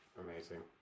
amazing